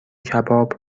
کباب